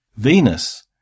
Venus